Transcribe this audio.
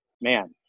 man